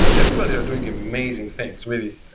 everybody are doing amazing things really,